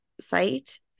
site